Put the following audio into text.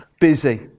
busy